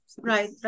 Right